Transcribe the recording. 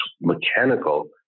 mechanical